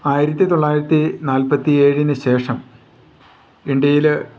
ആയിരത്തി തൊള്ളായിരത്തി നാൽപത്തി ഏഴിനുശേഷം ഇന്ത്യയിൽ